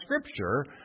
Scripture